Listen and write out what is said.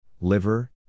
liver